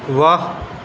वाह